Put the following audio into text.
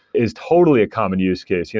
is totally a common use case. yeah